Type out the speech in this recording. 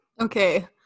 Okay